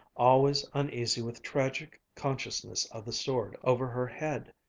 always uneasy with tragic consciousness of the sword over her head,